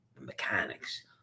mechanics